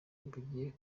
bugiye